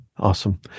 Awesome